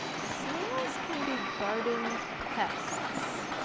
snails can be garden pests